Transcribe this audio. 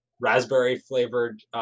raspberry-flavored